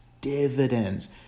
dividends